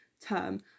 term